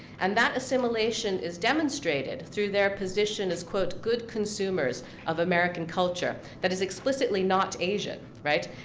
and that assimilation is demonstrated through their position as, quote, good consumers of american culture, that is explicitly not asian, right?